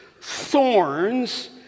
thorns